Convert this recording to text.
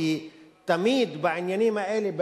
כי תמיד בעניינים האלה,